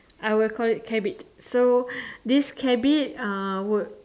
I will call it cabbit so this cabbit uh would